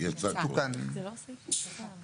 זה סעיף